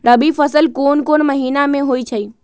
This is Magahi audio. रबी फसल कोंन कोंन महिना में होइ छइ?